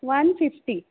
one fifty